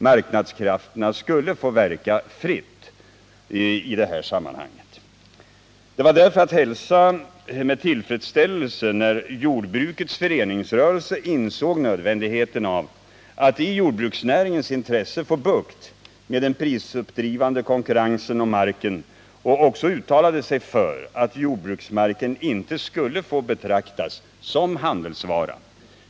Marknadskrafterna skulle få verka fritt i det här sammanhanget. Det var därför att hälsa med tillfredsställelse att jordbrukets föreningsrörelse insåg nödvändigheten av att i jordbruksnäringens intresse få bukt med den prisuppdrivande konkurrensen om marken och också uttalade sig för att jordbruksmarken inte skulle få betraktas som handelsvara.